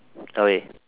okay